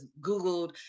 Googled